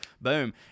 boom